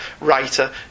writer